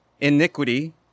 iniquity